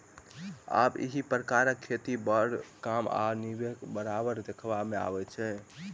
आब एहि प्रकारक खेती बड़ कम वा नहिके बराबर देखबा मे अबैत अछि